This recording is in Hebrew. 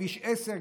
כביש 10,